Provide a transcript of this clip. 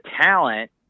talent